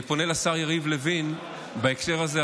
אני פונה לשר יריב לוין בהקשר הזה,